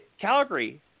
Calgary